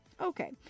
Okay